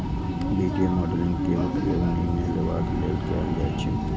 वित्तीय मॉडलिंग के उपयोग निर्णय लेबाक लेल कैल जाइ छै